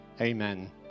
Amen